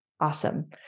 Awesome